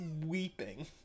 weeping